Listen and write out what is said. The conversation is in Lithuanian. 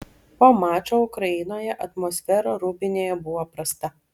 po mačo ukrainoje atmosfera rūbinėje buvo prasta